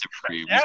Supreme